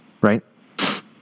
right